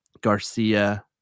Garcia